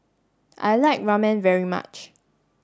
I like Ramen very much